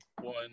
one